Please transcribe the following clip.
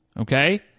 Okay